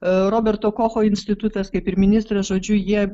roberto kocho institutas kaip ir ministras žodžiu jie